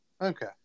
Okay